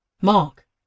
Mark